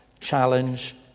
challenge